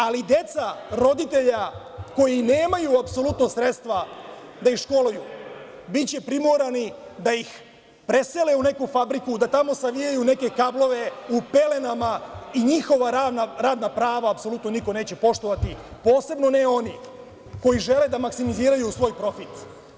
Ali, deca roditelja koji nemaju apsolutno sredstva da ih školuju biće primorani da ih presele u neku fabriku, da tamo saniraju neke kablove u pelenama i njihova radna prava apsolutno niko neće poštovati, posebno ne oni koji žele da maksimiziraju svoj profit.